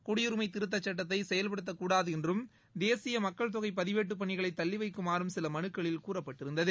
குடியுரினம திருத்தச் சட்டத்தை செயல்படுத்தக்கூடாது என்றும் தேசிய மக்கள் தொகை பதிவேட்டுப் பணிகளை தள்ளிவைக்குமாறும் சில மனுக்களில் கூறப்பட்டிருந்தது